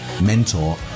mentor